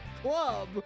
club